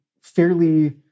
fairly